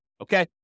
Okay